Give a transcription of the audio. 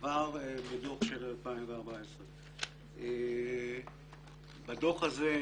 זאת עשינו כבר בדוח של 2014. בדוח הזה,